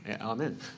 amen